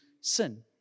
sin